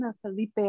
Felipe